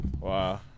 Wow